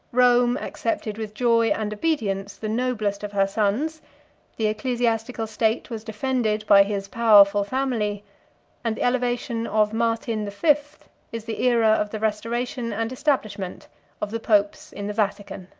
rome accepted with joy and obedience the noblest of her sons the ecclesiastical state was defended by his powerful family and the elevation of martin the fifth is the aera of the restoration and establishment of the popes in the vatican.